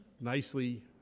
nicely